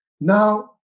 Now